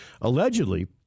allegedly